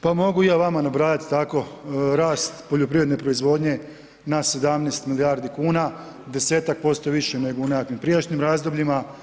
Pa mogu i ja vama nabrajati tako rast poljoprivredne proizvodnje, na 17 milijardi kuna, 10-ak % više nego u nekakvim prijašnjih razdobljima.